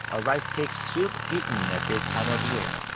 a rice cake soup eaten at this time of year.